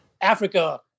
Africa